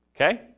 Okay